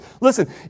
Listen